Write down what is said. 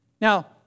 Now